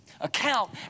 Account